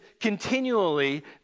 continually